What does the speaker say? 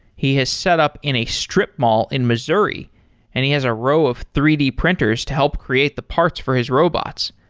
he has set up in a strip mall in missouri and he is a row of three d printers to help create the parts for his robots.